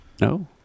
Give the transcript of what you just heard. no